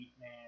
man